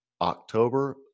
October